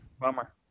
bummer